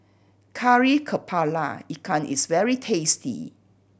Kari Kepala Ikan is very tasty